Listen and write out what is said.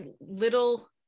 little